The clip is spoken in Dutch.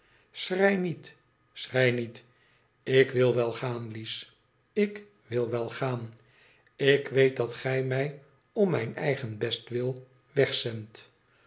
schrei niet schrei niet ik wil wel gaan lies ik wil wel gaan ik weet dat gij mij om mijn eigen bestwil